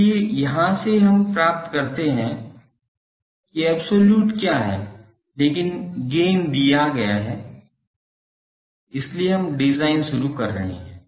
इसलिए यहां से हम प्राप्त कर सकते हैं कि अब्सोल्युट क्या है लेकिन गेन दिया गया है इसलिए हम डिजाइन शुरू कर रहे हैं